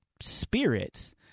spirits